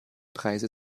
preise